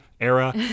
era